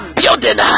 building